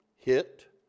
hit